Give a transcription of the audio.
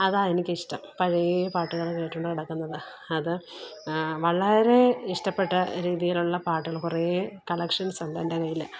അതാ എനിക്കിഷ്ടം പഴയ പാട്ടുകൾ കേട്ടോണ്ട് കിടക്കുന്നതാണ് അത് വളരെ ഇഷ്ടപ്പെട്ട രീതിയിലുള്ള പാട്ടുകൾ കുറെ കളക്ഷന്സ് ഉണ്ട് എന്റെ കൈയ്യിൽ